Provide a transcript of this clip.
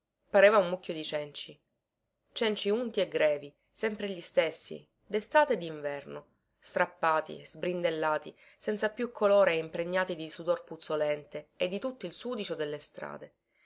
pareva un mucchio di cenci cenci unti e grevi sempre gli stessi destate e dinverno strappati sbrindellati senza più colore e impregnati di sudor puzzolente e di tutto il sudicio delle strade